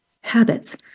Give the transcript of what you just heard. habits